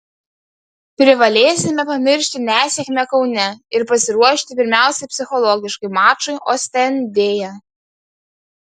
privalėsime pamiršti nesėkmę kaune ir pasiruošti pirmiausiai psichologiškai mačui ostendėje